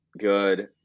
good